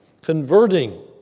converting